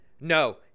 no